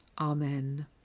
Amen